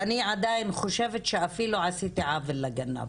ואני עדיין חושבת שאפילו עשיתי עוול לגנב.